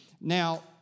Now